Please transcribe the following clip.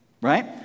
right